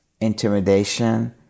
intimidation